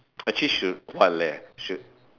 actually should what leh should